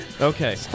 Okay